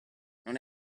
non